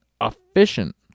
efficient